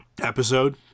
episode